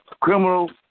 criminal